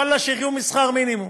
ואללה, שיחיו משכר מינימום,